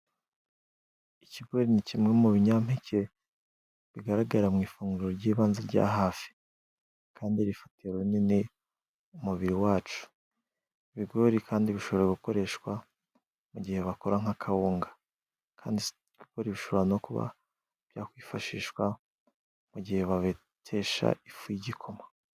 Ikigori ni kimwe mu binyampeke bigaragara mu ifunguro ry'ibanze rya hafi, kandi rifatiye runini umubiri wacu. Ibigori kandi bishobora gukoreshwa mu gihe bakora nka kawunga, ibigori bishobora no kuba byakwifashishwa mu gihe babetesha ifu y'igikoma.